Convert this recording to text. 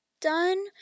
done